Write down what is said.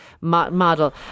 model